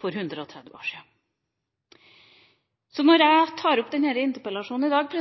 for 130 år sida. Når jeg stiller denne interpellasjonen i dag,